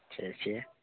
ᱟᱪᱪᱷᱟ ᱟᱪᱪᱷᱟ